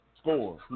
score